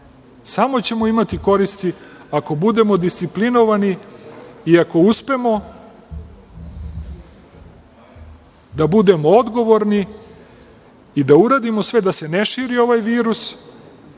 Samo ćemo imati koristi ako budemo disciplinovani i ako uspemo da budemo odgovorni i da uradimo sve da se ne širi ovaj virus,